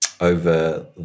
over